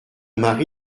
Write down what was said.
mari